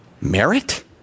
Merit